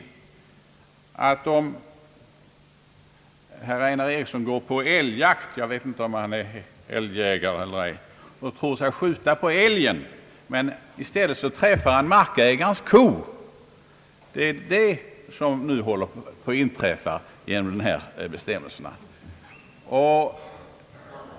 Låt oss anta att herr Einar Eriksson går på älgjakt — jag vet inte om han är älgjägare eller inte — och att han skjuter för att träffa älgen, men i stället träffar markägarens ko. Det är vad som nu håller på att inträffa som följd av dessa bestämmelser.